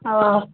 ओ